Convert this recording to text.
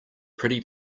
pretty